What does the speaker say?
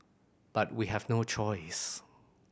but we have no choice